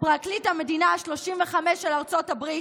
פרקליט המדינה ה-35 של ארצות הברית.